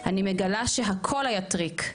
אני מגלה שהכול היה טריק /